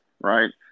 right